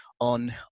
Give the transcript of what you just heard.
on